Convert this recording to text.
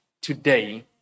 today